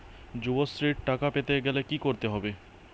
যুবশ্রীর টাকা পেতে গেলে কি করতে হবে?